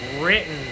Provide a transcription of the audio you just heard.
Written